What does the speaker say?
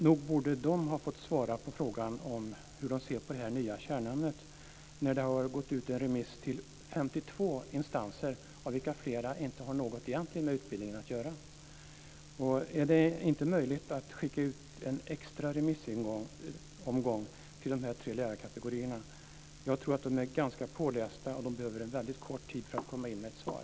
Nog borde de ha fått svara på frågan om hur de ser på det här nya kärnämnet. Det har gått ut en remiss till 52 instanser av vilka flera egentligen inte har något med utbildningen att göra. Är det inte möjligt att skicka ut en extra remissomgång till dessa tre lärarkategorier? Jag tror att de är ganska pålästa och att de behöver en väldigt kort tid för att komma in med ett svar.